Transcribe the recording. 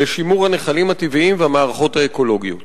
שימור הנחלים הטבעיים והמערכות האקולוגיות?